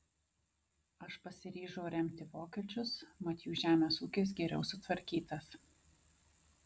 aš pasiryžau remti vokiečius mat jų žemės ūkis geriau sutvarkytas